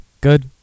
good